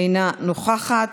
אינה נוכחת.